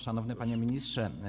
Szanowny Panie Ministrze!